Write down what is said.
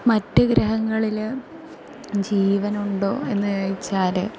മറ്റ് ഗ്രഹങ്ങളിൽ ജീവനുണ്ടോ എന്ന് ചോദിച്ചാൽ